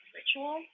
ritual